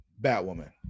Batwoman